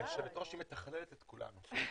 יושבת הראש מתכללת את כולנו.